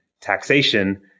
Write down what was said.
taxation